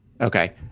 Okay